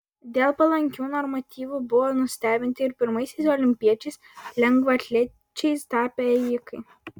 dėl palankių normatyvų buvo nustebinti ir pirmaisiais olimpiečiais lengvaatlečiais tapę ėjikai